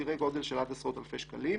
סדרי גודל של עד עשרות אלפי שקלים.